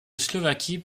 slovaquie